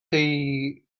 chi